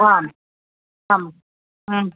आम् आं